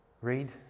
read